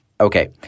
Okay